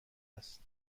است